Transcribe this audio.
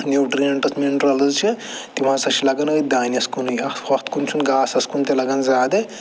nutrients minerals چھِ تِم ہَسا چھِ لگان أتھۍ دانٮ۪س کُنٕے اَتھ ہۄتھ کُن چھُنہٕ گاسَس کُن تہِ لَگان زیادٕ